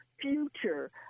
future